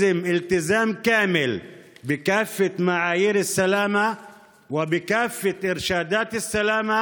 לשמור על כל הסטנדרטים והוראות הבריאות,